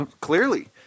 Clearly